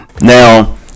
Now